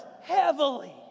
heavily